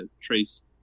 trace